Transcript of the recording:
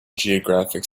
geographic